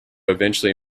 eventually